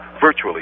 virtually